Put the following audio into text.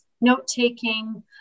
note-taking